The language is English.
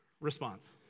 response